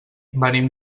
venim